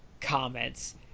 comments